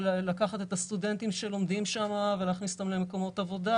לקחת את הסטודנטים שלומדים שם ולהכניס אותם למקומות עבודה.